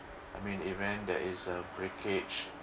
I mean event if there is a breakage